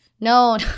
No